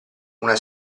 una